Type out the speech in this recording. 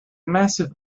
massive